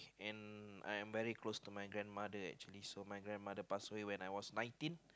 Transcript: and I am very close to my grandmother actually so my grandmother passed away when I was nineteen